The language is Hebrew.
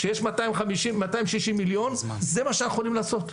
כשיש 260 מיליון, זה מה שאנחנו יכולים לעשות.